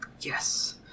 Yes